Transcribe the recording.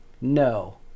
No